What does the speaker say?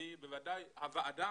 הוועדה,